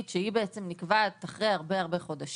שהיא בעצם נקבעת אחרי הרבה חודשים.